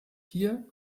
hier